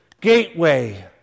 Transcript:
gateway